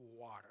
water